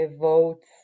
votes